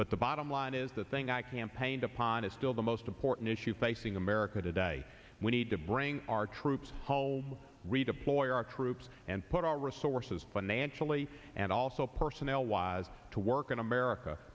but the bottom line is the thing i campaigned upon is still the most important issue facing america today we need to bring our troops home redeploy our troops and put our resources financially and also personnel wise to work in america